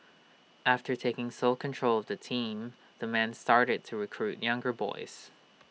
after taking sole control of the team the man started to recruit younger boys